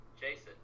Jason